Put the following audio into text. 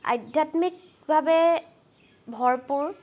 আধ্যাত্মিকভাৱে ভৰপূৰ